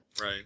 Right